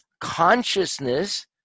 consciousness